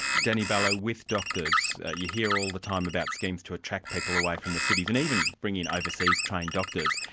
danny barlow, with doctors you hear all the time about schemes to attract people away from the cities, and even bring in overseas-trained doctors.